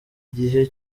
igihe